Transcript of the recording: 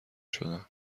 شدم